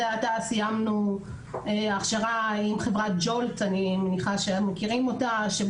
זה עתה סיימנו הכשרה עם חברת ג'ולט - קודם לכן